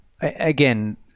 again